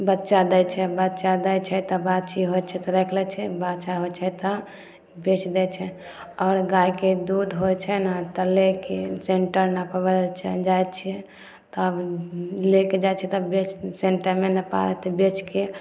बच्चा दै छै बच्चा दै छै तऽ बाछी होइ छै तऽ राखि लै छै बाछा होइ छै तऽ बेच दै छै आओर गायके दूध होइ छै ने तऽ लेके सेन्टर नपबै लऽ चलि जाइ छियै तब लेके जाइ छियै तब बेच सेन्टरमे नपा बेचके